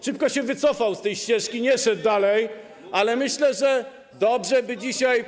Szybko się wycofał z tej ścieżki, nie szedł dalej, ale myślę, że dobrze by dzisiaj.